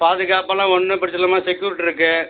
பாதுகாப்பெல்லாம் ஒன்றும் பிரச்சின இல்லைம்மா செக்குரிட்டி இருக்குது